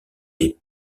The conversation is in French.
des